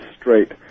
straight